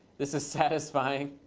this is satisfying.